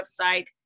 website